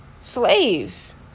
slaves